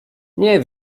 nie